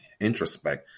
introspect